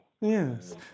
Yes